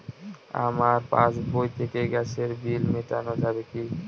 আমার পাসবই থেকে গ্যাসের বিল মেটানো যাবে কি?